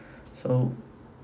so